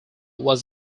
was